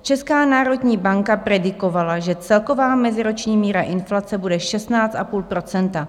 Česká národní banka predikovala, že celková meziroční míra inflace bude 16,5 %.